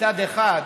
מצד אחד,